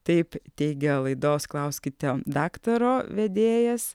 taip teigia laidos klauskite daktaro vedėjas